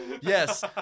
Yes